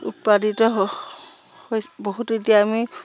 উৎপাদিত হৈ বহুত এতিয়া আমি